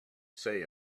say